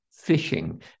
fishing